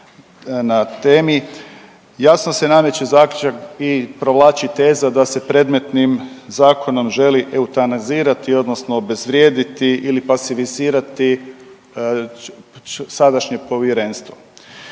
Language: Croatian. na temi jasno se nameće zaključak i provlači teza da se predmetnim zakonom želi eutanazirati odnosno obezvrijediti ili pasivizirati sadašnje povjerenstvo.